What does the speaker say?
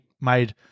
made